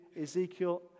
Ezekiel